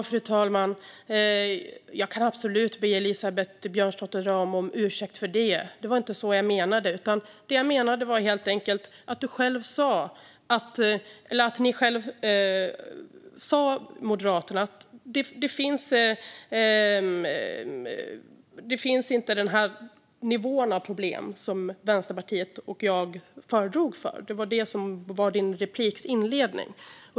Fru talman! Jag kan absolut be Elisabeth Björnsdotter Rahm om ursäkt. Det var inte så jag menade, utan det jag menade var helt enkelt att Moderaterna sa att den nivå av problem som jag och Vänsterpartiet tidigare anförde inte finns. Det var inledningen på hennes replik.